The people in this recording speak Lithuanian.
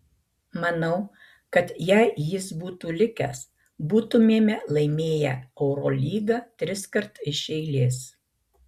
manau kad jei jis būtų likęs būtumėme laimėję eurolygą triskart iš eilės